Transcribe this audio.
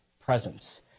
presence